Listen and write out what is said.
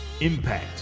impact